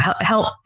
help